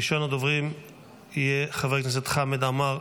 ראשון הדוברים יהיה חבר הכנסת חאמד עמאר,